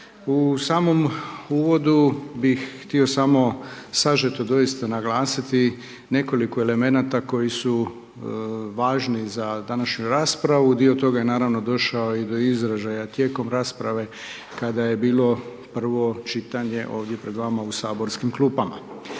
U samom uvodu bih htio samo sažeto doista naglasiti nekoliko elemenata koji su važni za današnju raspravu. Dio toga je, naravno došao i do izražaja tijekom rasprave kada je bilo prvo čitanje ovdje pred vama u saborskim klupama.